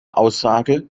aussage